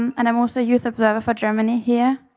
and i'm also youth observer for germany here.